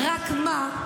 רק מה?